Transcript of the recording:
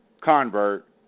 convert